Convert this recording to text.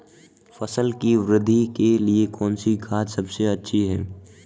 फसल की वृद्धि के लिए कौनसी खाद सबसे अच्छी है?